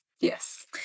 Yes